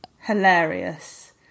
hilarious